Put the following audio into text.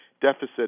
deficit